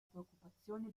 preoccupazione